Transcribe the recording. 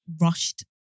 Rushed